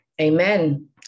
Amen